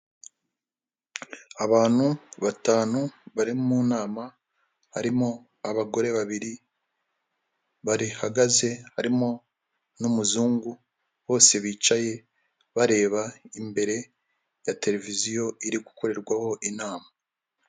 Abantu batanu bari mu nama, harimo abagore babiri, bahagaze harimo n'umuzungu bose bicaye bareba imbere ya televiziyo iri gukorerwaho inama.